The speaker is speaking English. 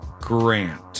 Grant